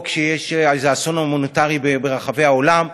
או כשיש איזה אסון הומניטרי ברחבי העולם: